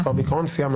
בעיקרון אנחנו סיימנו.